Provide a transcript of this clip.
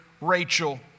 Rachel